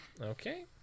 Okay